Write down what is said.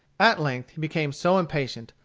at length he became so impatient,